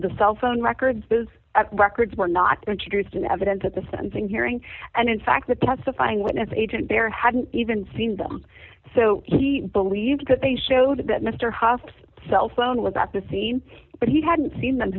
the cell phone records because records were not introduced in evidence at the sentencing hearing and in fact that testifying witness agent there hadn't even seen them so he believed that they showed that mr haas cell phone was at the scene but he hadn't seen them